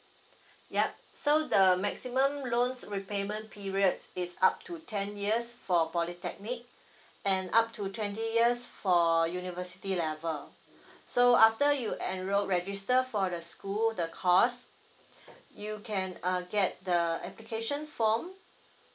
yup so the maximum loans repayment periods is up to ten years for polytechnic and up to twenty years for university level so after you enroll register for the school the course you can uh get the application form